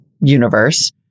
universe